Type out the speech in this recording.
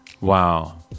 Wow